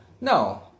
No